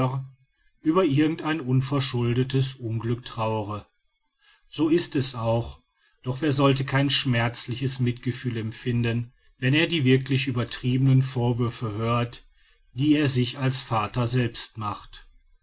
über irgend ein unverschuldetes unglück traure so ist es auch doch wer sollte kein schmerzliches mitgefühl empfinden wenn er die wirklich übertriebenen vorwürfe hört die er sich als vater selbst macht